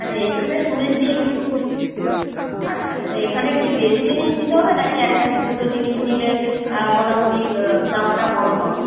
আচ্ছা এখানে শুনেছি একটু আচ্ছা তো এখানে কি বেশি জিনিস নিতে হবে নাকি একটা দুটো জিনিস নিলে মোটামুটি দামটা কম পাবো